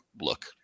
look